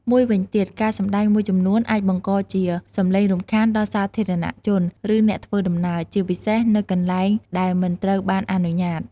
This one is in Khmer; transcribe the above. មួយវិញទៀត ការសម្ដែងមួយចំនួនអាចបង្កជាសំឡេងរំខានដល់សាធារណជន ឬអ្នកធ្វើដំណើរ ជាពិសេសនៅកន្លែងដែលមិនត្រូវបានអនុញ្ញាត។